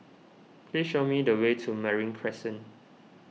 please show me the way to Marine Crescent